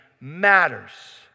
matters